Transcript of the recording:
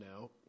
now